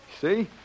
See